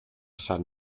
sant